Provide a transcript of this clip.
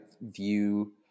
view